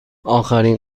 آخرین